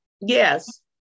Yes